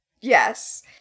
yes